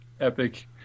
epic